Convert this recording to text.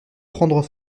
prendre